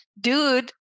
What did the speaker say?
dude